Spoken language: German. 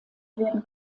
werden